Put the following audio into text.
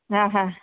हा हा